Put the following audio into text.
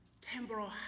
Temporal